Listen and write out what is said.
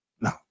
No